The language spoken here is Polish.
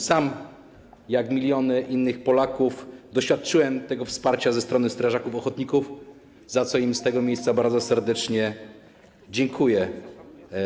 Sam jak miliony innych Polaków doświadczyłem tego wsparcia ze strony strażaków ochotników, za co im z tego miejsca bardzo serdecznie dziękuję.